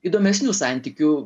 įdomesnių santykių